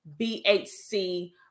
bhc